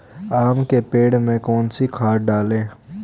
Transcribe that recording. आम के पेड़ में कौन सी खाद डालें?